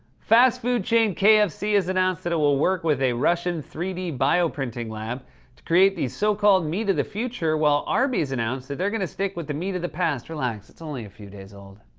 fast-food chain kfc has announced that it will work with a russian three d bioprinting lab to create the so-called meat of the future, while arby's announced that they're going to stick with the meat of the past. relax, it's only a few days old.